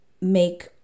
make